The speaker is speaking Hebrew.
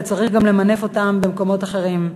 וצריך גם למנף אותם במקומות אחרים.